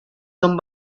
son